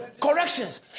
corrections